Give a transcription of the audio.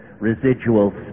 residual